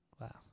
Wow